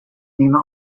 lima